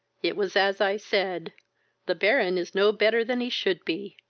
it was as i said the baron is no better than he should be.